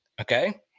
okay